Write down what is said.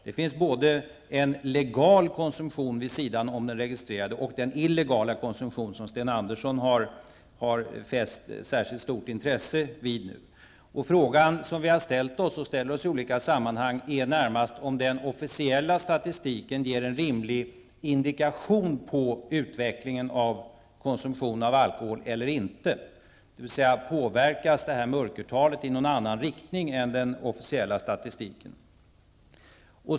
Vid sidan om den registrerade konsumtionen finns både en legal konsumtion och en illegal, som Sten Andersson fäst särskilt stort intresse vid. Frågan vi ställt oss i olika sammanhang är närmast om den officiella statistiken ger en rimlig indikation på utvecklingen av konsumtionen av alkohol eller inte. Alltså: påverkas mörkertalet i någon annan riktning än den officiella statistiken?